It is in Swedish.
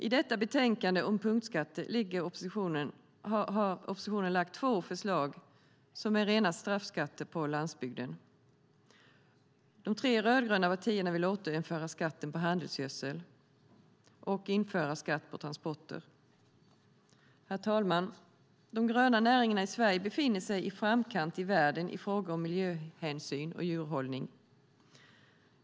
I detta betänkande om punktskatter har oppositionen lagt fram två förslag som är rena straffskatterna på landsbygden. De tre rödgröna partierna vill återinföra skatten på handelsgödsel och införa skatt på transporter. Herr talman! De gröna näringarna i Sverige befinner sig i framkant i världen i fråga om miljöhänsyn och djurhållning.